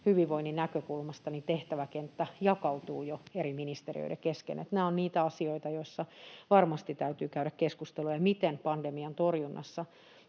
hyvinvoinnin näkökulmasta tehtäväkenttä jakautuu jo eri ministeriöiden kesken, niin että nämä ovat niitä asioita, joissa varmasti täytyy käydä keskustelua, samoin kuin siitä, miten pandemian torjunnassa